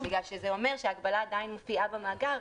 כי זה אומר שההגבלה עדיין מופיעה במאגר,